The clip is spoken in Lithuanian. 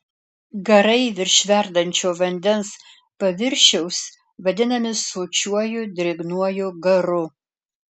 garai virš verdančio vandens paviršiaus vadinami sočiuoju drėgnuoju garu